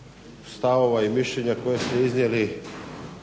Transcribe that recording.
dijelom stavova i mišljenja koje ste iznijeli